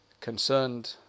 concerned